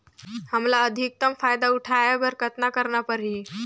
हमला अधिकतम फायदा उठाय बर कतना करना परही?